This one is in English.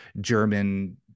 German